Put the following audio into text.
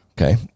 Okay